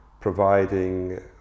providing